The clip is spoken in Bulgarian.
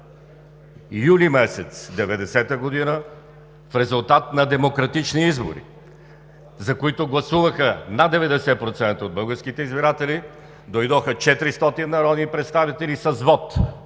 юли месец 1990 г. в резултат на демократични избори, за които гласуваха над 90% от българските избиратели, дойдоха 400 народни представители с вот